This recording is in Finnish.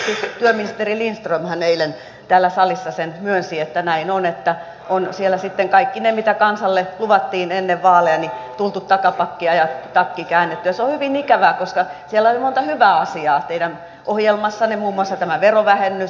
esimerkiksi työministeri lindströmhän eilen täällä salissa sen myönsi että näin on että on siellä sitten kaikissa niissä mitä kansalle luvattiin ennen vaaleja tultu takapakkia ja takki käännetty ja se on hyvin ikävää koska siellä teidän ohjelmassanne oli monta hyvää asiaa muun muassa tämä verovähennys